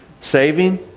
saving